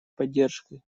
поддержкой